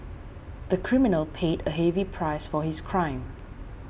the criminal paid a heavy price for his crime